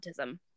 autism